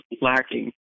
lacking